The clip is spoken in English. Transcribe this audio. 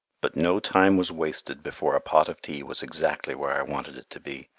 but no time was wasted before a pot of tea was exactly where i wanted it to be,